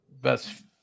best